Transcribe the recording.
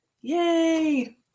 Yay